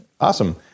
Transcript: Awesome